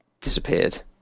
disappeared